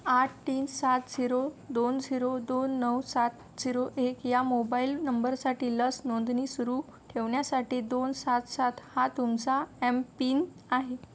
आठ तीन सात झिरो दोन झिरो दोन नऊ सात झिरो एक या मोबाईल नंबरसाठी लस नोंदणी सुरू ठेवण्यासाठी दोन सात सात हा तुमचा एमपिन आहे